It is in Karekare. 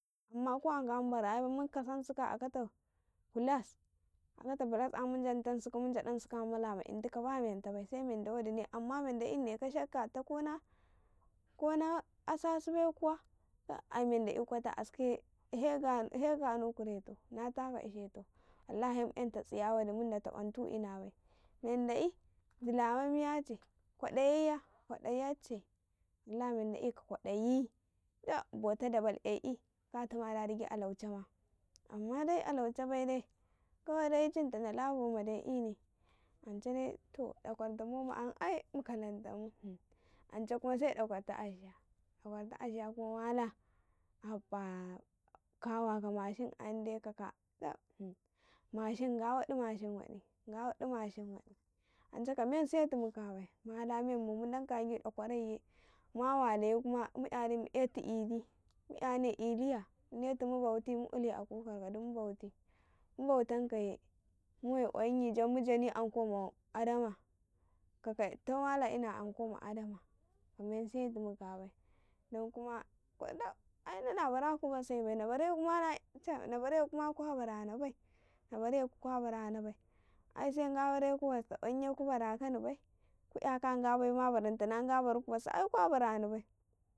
﻿Amman ko a nga mu bara nebai mukasan suka a akata flasss akata akato flass ayan mu jan tan suka muja ɗan suka a blama indi se men da wadine sai menda ƃin na kaleka kopna asasi bai kuw tab. ai menda e ko ta askaye he ganu kuwtau nagana kuretau, na taka ishetau wallahi mu ''yanta wulakanci waɗi man taƃabtu ina bai menda bi kodayi cina menda bi 'kakwadayi tab bota dabal e ƃin natama da dayi alauchnma, kawai dai alauchau baidai kawede ''yen ta dala bo made ƃine, ance de to da kwarta momi ayan ai mu kalan tamu yiance khma se dakwarta Aisha khma mala kawa ma mashin ga waɗi mashin ance ka men setumu ka bai mala menmu mulanka gi dakwaraiye ma wa leye kuma mu ''yari mu e tu bili mu ''yane iliya mudetu mu bauti mu uli a kukargadu mu bauti mu wai kwayinyin jan mujani anko ma adama ka'ka'i ka dta mala ina anko ma adama kamen sumu ka bai dan kuma ai ina na baraku basabai chab na barekuma kwa barana bai, na bareku basta kwayinye ku barakanni bai ku 'yaka a nga baima barantane nga barku basau ai kwa barani bai.